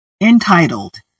Entitled